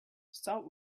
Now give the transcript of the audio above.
stop